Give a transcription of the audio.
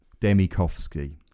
Demikovsky